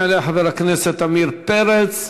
יעלה חבר הכנסת עמיר פרץ,